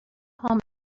home